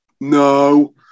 no